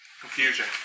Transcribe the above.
Confusion